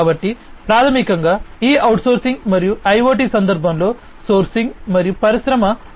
కాబట్టి ప్రాథమికంగా ఈ అవుట్ సోర్సింగ్ మరియు IoT సందర్భంలో సోర్సింగ్ మరియు పరిశ్రమ 4